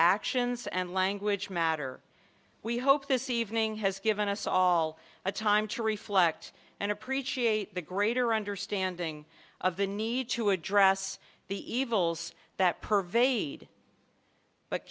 actions and language matter we hope this evening has given us all a time to reflect and appreciate the greater understanding of the need to address the evils that pervade